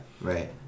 Right